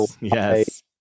yes